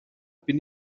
bin